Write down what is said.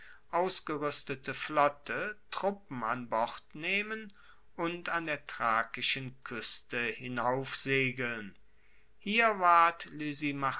ausgeruestete flotte truppen an bord nehmen und an der thrakischen kueste hinauf segeln hier ward